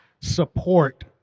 support